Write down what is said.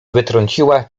wytrąciła